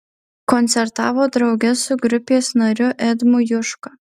koncertavo drauge su grupės nariu edmu juška